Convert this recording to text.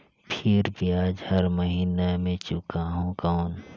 फिर ब्याज हर महीना मे चुकाहू कौन?